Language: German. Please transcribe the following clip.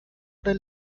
oder